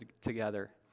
together